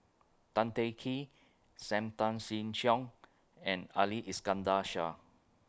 Tan Teng Kee SAM Tan Chin Siong and Ali Iskandar Shah